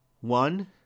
One